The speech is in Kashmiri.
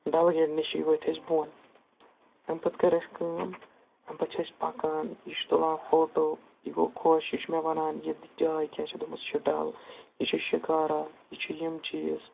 ڈَل گیٹ نِشی ؤتھۍ أسۍ بۄن اَمہِ پَتہٕ کٔر اَسہِ کٲم اَمہِ پَتہٕ چھِ أسۍ پَکان یہِ چھُ تُلان فوٹو یہِ گوٚو خۄش یہِ چھُ مےٚ وَنان یہِ جاے کیٛاہ چھِ دوٚپمَس یہِ چھُ ڈَل یہِ چھِ شِکارا یہِ چھِ یِم چیٖز